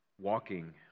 walking